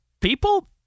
people